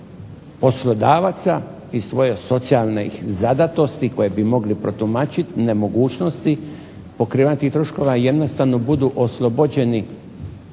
poslodavaca iz svoje socijalne zadatosti koje bi mogli protumačenosti, nemogućnosti pokrivanje troškova jednostavno budu oslobođeni